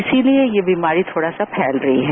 इसीलिए यह बीमारी थोज़ा सा फेल रही है